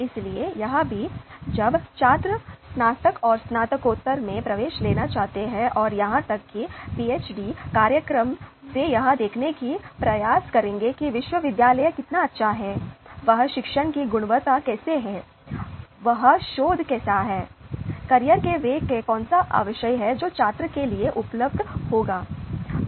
इसलिए यहां भी जब छात्र स्नातक और स्नातकोत्तर में प्रवेश लेना चाहते हैं और यहां तक कि पीएचडी कार्यक्रम वे यह देखने की कोशिश करेंगे कि विश्वविद्यालय कितना अच्छा है वहां शिक्षण की गुणवत्ता कैसी है वहां शोध कैसा है कैरियर के अवसर क्या हैं जो वहां पर छात्र के लिए उपलब्ध होंगे